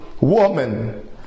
woman